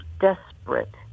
desperate